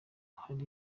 hari